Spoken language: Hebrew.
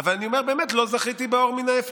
אבל אני אומר, באמת לא זכיתי באור מן ההפקר.